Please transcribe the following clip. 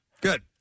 Good